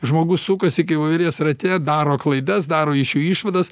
žmogus sukasi kai voverės rate daro klaidas daro iš jų išvadas